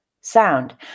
sound